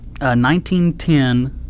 1910